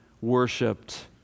worshipped